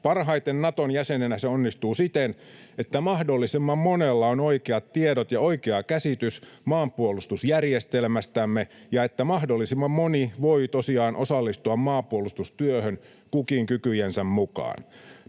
Parhaiten Naton jäsenenä se onnistuu siten, että mahdollisimman monella on oikeat tiedot ja oikea käsitys maanpuolustusjärjestelmästämme ja että mahdollisimman moni voi tosiaan osallistua maanpuolustustyöhön, kukin kykyjensä mukaan.